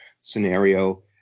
Scenario